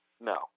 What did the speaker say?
No